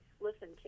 listen